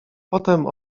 potem